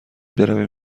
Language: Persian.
برویم